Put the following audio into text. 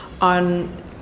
on